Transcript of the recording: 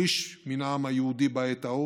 שליש מן העם היהודי בעת ההיא.